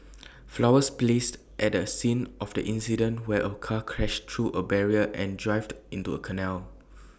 flowers placed at the scene of the accident where A car crashed through A barrier and dived into A canal